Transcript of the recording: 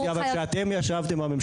האישה ולשוויון מגדרי): << יור >> תודה רבה.